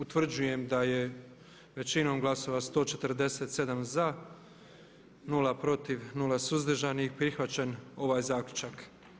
Utvrđujem da je većinom glasova 147 za, 0 protiv, 0 suzdržanih prihvaćen ovaj zaključak.